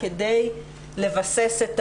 כדי לבסס את